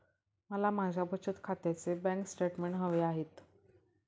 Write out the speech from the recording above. मला माझ्या बचत खात्याचे बँक स्टेटमेंट्स हवे आहेत